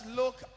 look